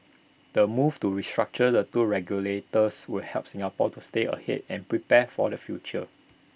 the move to restructure the two regulators will help Singapore to stay ahead and prepare for the future